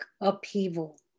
upheaval